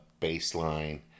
baseline